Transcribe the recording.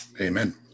Amen